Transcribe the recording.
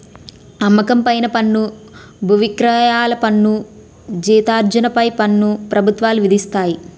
అమ్మకం పైన పన్ను బువిక్రయాల పన్ను జీతార్జన పై పన్ను ప్రభుత్వాలు విధిస్తాయి